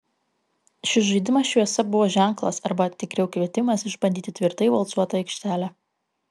šis žaidimas šviesa buvo ženklas arba tikriau kvietimas išbandyti tvirtai valcuotą aikštelę